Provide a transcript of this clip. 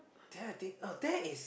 then I think uh that is